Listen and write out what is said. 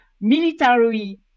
military